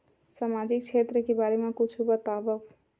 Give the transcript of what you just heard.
सामाजिक क्षेत्र के बारे मा कुछु बतावव?